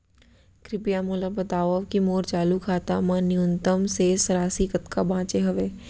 कृपया मोला बतावव की मोर चालू खाता मा न्यूनतम शेष राशि कतका बाचे हवे